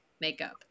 makeup